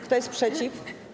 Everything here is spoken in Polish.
Kto jest przeciw?